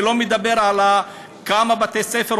אני לא מדבר על כמה בתי-ספר,